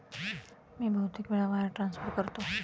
मी बहुतेक वेळा wire transfer करतो